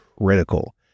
critical